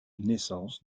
naissance